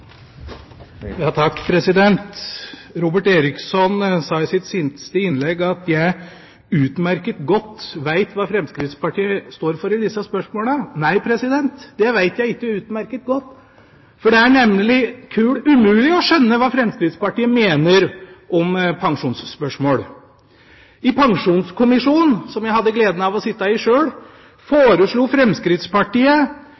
Robert Eriksson sa i sitt siste innlegg at jeg utmerket godt veit hva Fremskrittspartiet står for i disse spørsmålene. Nei, det veit jeg ikke utmerket godt, for det er kul umulig å skjønne hva Fremskrittspartiet mener i pensjonsspørsmål. I Pensjonskommisjonen, som jeg hadde gleden av å sitte i sjøl,